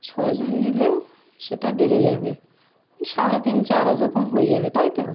ছজন নিলে সেটা বেড়ে যাবে এই সাড়ে তিন চার এরকম হয়ে যাবে তাই তো